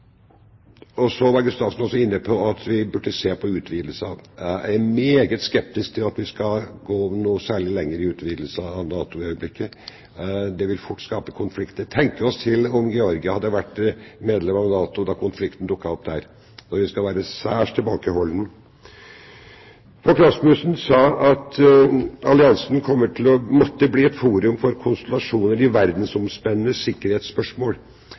Så var Gustavsen også inne på at vi burde se på utvidelsene. Jeg er meget skeptisk til at vi skal gå noe særlig lenger i utvidelse av NATO i øyeblikket. Det vil fort skape konflikter. Tenke seg til om Georgia hadde vært medlem av NATO da konflikten dukket opp der. Vi skal være særs tilbakeholdne. Fogh Rasmussen sa at alliansen kommer til å måtte bli et forum for konstellasjoner i verdensomspennende sikkerhetsspørsmål.